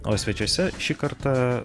o svečiuose šį kartą